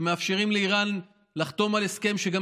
ומאפשרים לאיראן לחתום על הסכם שגם